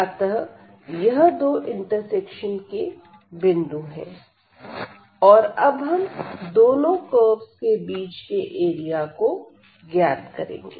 अतः यह दो इंटरसेक्शन के बिंदु हैं और अब हम इन दोनों कर्वस के बीच के एरिया को ज्ञात करेंगे